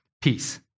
peace